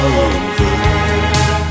over